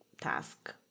task